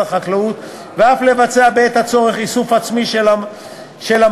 החקלאות ואף לבצע בעת הצורך איסוף עצמי של המזון,